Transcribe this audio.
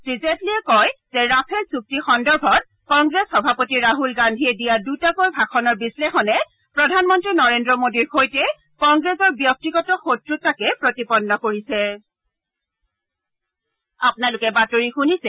শ্ৰী জেটলীয়ে কয় যে ৰাফেল চুক্তি সন্দৰ্ভত কংগ্ৰেছ সভাপতি ৰাহুল গান্ধীয়ে দিয়া দুটাকৈ ভাষণৰ বিশ্লেষণে প্ৰধানমন্ত্ৰী নৰেন্দ্ৰ মোডীৰ সৈতে কংগ্ৰেছৰ ব্যক্তিগত শক্ৰতাকেই প্ৰতিপন্ন কৰিছে